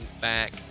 back